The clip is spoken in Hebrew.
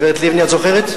גברת לבני, את זוכרת?